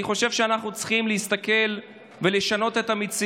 אני חושב שאנחנו צריכים להסתכל על המציאות